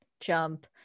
jump